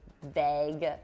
vague